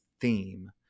theme